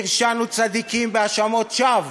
והרשענו צדיקים בהאשמות שווא.